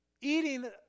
eating